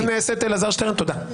חבר הכנסת אלעזר שטרן, תודה.